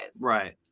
Right